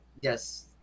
yes